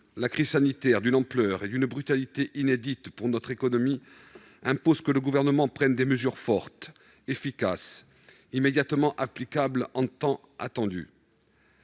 La crise sanitaire, d'une ampleur et d'une brutalité inédites pour notre économie, impose que le Gouvernement prenne des mesures fortes, efficaces, immédiatement applicables : à situation